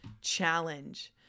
challenge